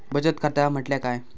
बचत खाता म्हटल्या काय?